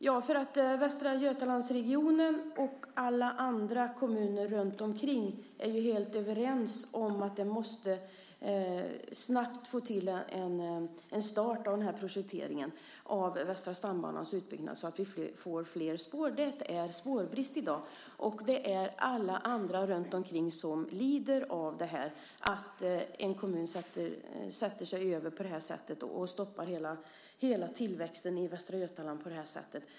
Herr talman! Västra Götalandsregionen och alla kommuner runtomkring är helt överens om att vi snabbt måste få till en start av projekteringen av Västra stambanans utbyggnad så att vi får flera spår. Det är spårbrist i dag, och det är alla andra runtomkring som lider av att en kommun sätter sig över och stoppar hela tillväxten i Västra Götaland på det här sättet.